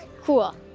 cool